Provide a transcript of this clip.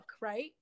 right